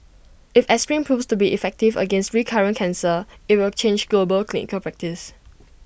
if aspirin proves to be effective against recurrent cancer IT will change global clinical practice